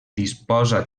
disposa